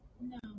No